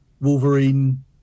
Wolverine